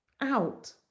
out